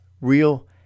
real